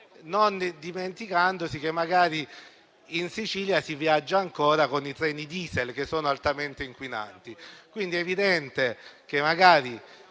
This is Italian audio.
dimenticando che magari in Sicilia si viaggia ancora con i treni *diesel* che sono altamente inquinanti. È evidente che il